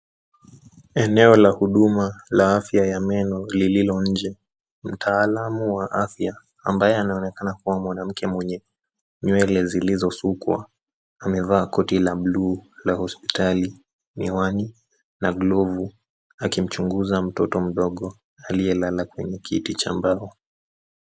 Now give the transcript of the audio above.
Eneo la huduma ya Afya ya meno lililo nje. Mtaalamu wa Afya ambaye anaonekana kuwa mwanamke mwenye nywele zilizosukwa, amevaa koti la buluu la hospitali, miwani na glovu, anamchunguza mtoto mdogo aliyelala kwenye kiti cha mbao.